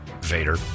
Vader